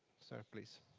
sir, please.